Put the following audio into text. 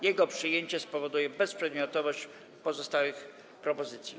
Jego przyjęcie spowoduje bezprzedmiotowość pozostałych propozycji.